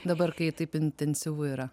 dabar kai taip intensyvu yra